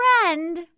friend